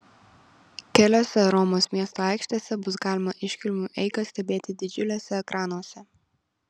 keliose romos miesto aikštėse bus galima iškilmių eigą stebėti didžiuliuose ekranuose